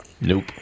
Nope